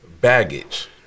baggage